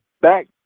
back